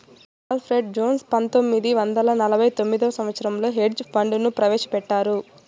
Alfred Jones పంతొమ్మిది వందల నలభై తొమ్మిదవ సంవచ్చరంలో హెడ్జ్ ఫండ్ ను ప్రవేశపెట్టారు